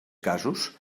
casos